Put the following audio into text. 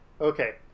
Okay